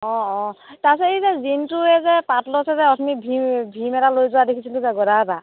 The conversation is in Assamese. অঁ অঁ তাৰপিছত এই যে জিণ্টুৱে যে পাৰ্ট লৈছে যে অথনি ভীম ভীম এটা লৈ যোৱা দেখিছিলোঁ যে গদা এটা